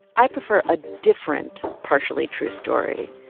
i prefer a different partially true story,